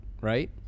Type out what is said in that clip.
right